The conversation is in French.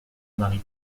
marie